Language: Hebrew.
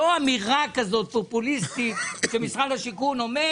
לא אמירה כזו פופוליסטית שמשרד השיכון אומר